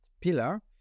pillar